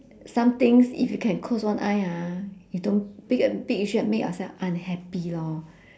some things if you can close one eye ah you don't pick a big issue and make yourself unhappy lor